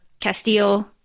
Castile